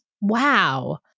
Wow